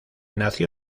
nació